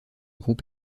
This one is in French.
groupe